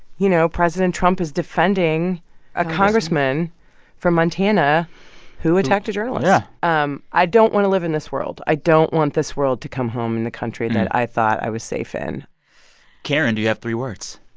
you know, president trump is defending a congressman from montana who attacked a journalist yeah um i i don't want to live in this world. i don't want this world to come home in the country that i thought i was safe in karen, do you have three words?